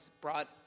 brought